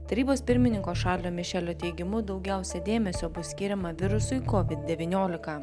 tarybos pirmininko šarlio mišelio teigimu daugiausiai dėmesio bus skiriama virusui kovid devyniolika